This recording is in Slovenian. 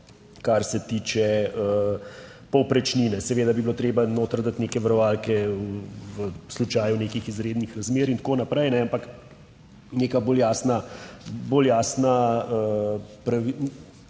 kar se tiče povprečnine. Seveda bi bilo treba noter dati neke varovalke v slučaju nekih izrednih razmer in tako naprej, ampak neka bolj jasna,